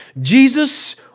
Jesus